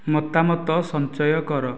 ମତାମତ ସଞ୍ଚୟ କର